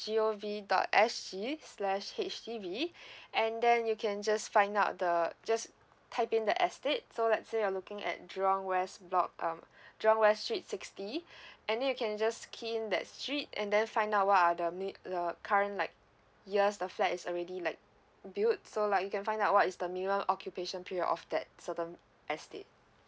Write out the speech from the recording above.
G O V dot S G slash H_D_B and then you can just find out the just type in the estate so let's say you're looking at jurong west block um jurong west street sixty and then you can just key in that street and then find out what are the min~ the current like years the flat is already like build so like you can find out what is the minimum occupation period of that certain estate